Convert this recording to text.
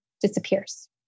disappears